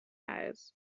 eyes